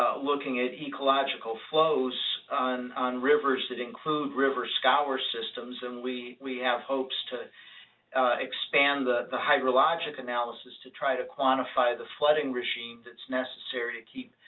looking at ecological flows on on rivers that include river scour systems. and we we have hopes to expand the the hydrologic analysis to try to quantify the flooding regime that's necessary to keep